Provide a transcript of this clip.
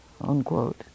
unquote